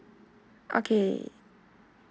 okay